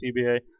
cba